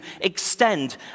extend